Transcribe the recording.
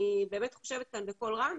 אני באמת חושבת כאן בקול רם.